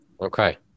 Okay